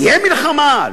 תהיה מלחמה?